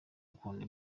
akunda